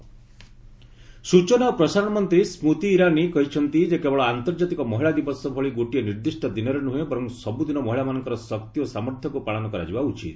Irani interview ସୂଚନା ଓ ପ୍ରସାରଣ ମନ୍ତ୍ରୀ ସ୍କୁତି ଇରାନୀ କହିଛନ୍ତି ଯେ କେବଳ ଆନ୍ତର୍ଜାତିକ ମହିଳା ଦିବସ ଭଳି ଗୋଟିଏ ନିର୍ଦ୍ଦିଷ୍ଟ ଦିନରେ ନୁହେଁ ବର୍ ସବୁଦିନ ମହିଳାମାନଙ୍କର ଶକ୍ତି ଓ ସାମର୍ଥ୍ୟକୁ ପାଳନ କରାଯିବା ଉଚିତ